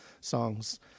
songs